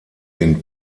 den